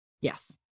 Yes